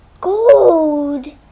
Gold